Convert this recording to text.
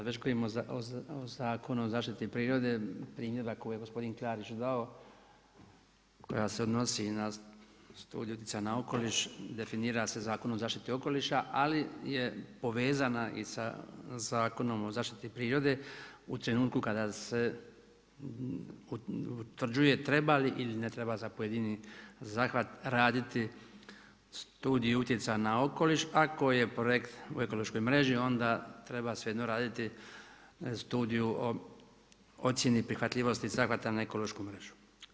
već govorimo o Zakonu o zaštiti prirode, primjedba koju je gospodin Klarić dao, koja se odnosi na studiju utjecaja na okoliš definira se Zakonom o zaštiti okoliša ali je povezana i sa Zakonom o zaštiti prirode u trenutku kada se utvrđuje treba li ili ne treba za pojedini zahvat raditi studiju utjecaja na okoliš a ako je projekt u ekološkoj mreži onda treba svejedno raditi studiju o ocjeni prihvatljivosti zahvata na ekološku mrežu.